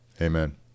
Amen